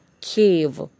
cave